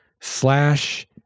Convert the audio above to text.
slash